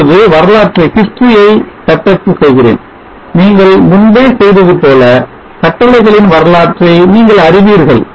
இப்பொழுது வரலாற்றை தட்டச்சு செய்கிறேன் நீங்கள் முன்பே செய்ததுபோல கட்டளைகளின் வரலாற்றை நீங்கள் அறிவீர்கள்